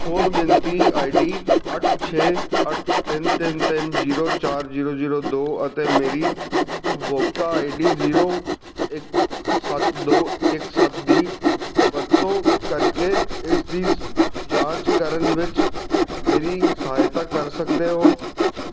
ਸੋਧ ਬੇਨਤੀ I D ਅੱਠ ਛੇ ਅੱਠ ਤਿੰਨ ਤਿੰਨ ਤਿੰਨ ਜ਼ੀਰੋ ਚਾਰ ਜ਼ੀਰੋ ਜ਼ੀਰੋ ਦੋ ਅਤੇ ਮੇਰੀ ਉਪਭੋਗਤਾ ਆਈ ਡੀ ਜ਼ੀਰੋ ਇੱਕ ਸੱਤ ਦੋ ਇੱਕ ਸੱਤ ਦੀ ਵਰਤੋਂ ਕਰਕੇ ਇਸਦੀ ਜਾਂਚ ਕਰਨ ਵਿੱਚ ਮੇਰੀ ਸਹਾਇਤਾ ਕਰ ਸਕਦੇ ਹੋ